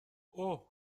اوه